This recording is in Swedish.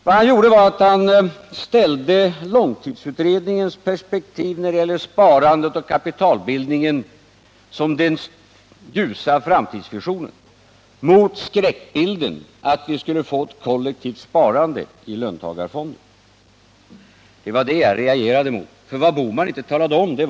Vad han gjorde var, att han ställde långtidsutredningens perspektiv när det gäller sparandet och kapitalbildningen som den ljusa framtidsvisionen mot skräckbilden att vi skulle få ett kollektivt sparande i löntagarfonder. Det var det som jag reagerade mot, för Gösta Bohman talade inte om sanningen.